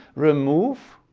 remove,